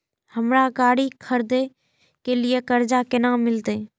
हमरा गाड़ी खरदे के लिए कर्जा केना मिलते?